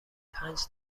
پنج